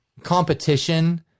competition